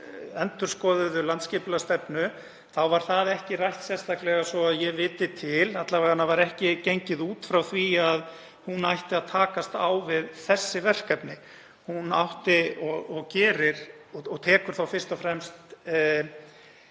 við gerð endurskoðaðrar landsskipulagsstefnu var það ekki rætt sérstaklega svo að ég viti til. Alla vega var ekki gengið út frá því að hún ætti að takast á við þessi verkefni. Hún átti að taka og tekur fyrst og fremst